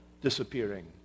disappearing